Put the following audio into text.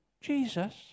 Jesus